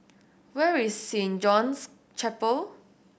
where is Saint John's Chapel